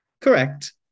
Correct